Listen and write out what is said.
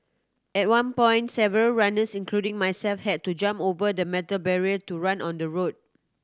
at one point several runners including myself had to jump over the metal barrier to run on the road